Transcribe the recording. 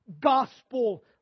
gospel